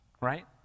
right